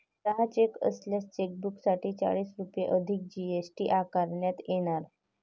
दहा चेक असलेल्या चेकबुकसाठी चाळीस रुपये अधिक जी.एस.टी आकारण्यात येणार